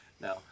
No